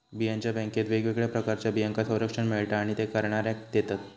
बियांच्या बॅन्केत वेगवेगळ्या प्रकारच्या बियांका संरक्षण मिळता आणि ते करणाऱ्याक देतत